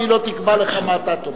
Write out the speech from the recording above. והיא לא תקבע לך מה אתה תאמר.